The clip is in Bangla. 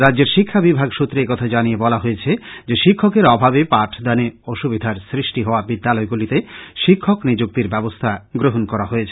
রাজ্যের শিক্ষা বিভাগ সুত্রে একথা জানিয়ে বলা হয়েছে যে শিক্ষকের অভাবে পাঠদানে অসুবিধার সৃষ্টি হওয়া বিদ্যালয়গুলিতে শিক্ষক নিযুক্তির ব্যবস্থা গ্রহন করা হয়েছে